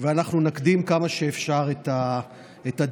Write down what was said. ואנחנו נקדים כמה שאפשר את הדברים.